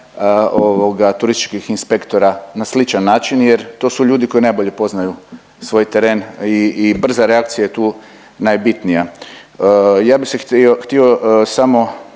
turističkih inspektora na sličan način jer to su ljudi koji najbolje poznaju svoj teren i, i brza reakcija je tu najbitnija. Ja bi se htio samo